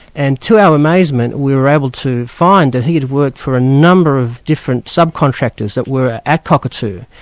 and to our amazement we were able to find that he'd worked for a number of different sub-contractors that were at cockatoo.